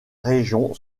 région